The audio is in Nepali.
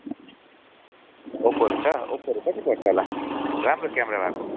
ओप्पोहरू छ ओप्पोहरू कति पर्छ होला राम्रो क्यामेरा भएको